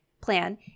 Plan